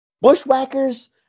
Bushwhackers